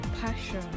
passion